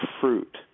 fruit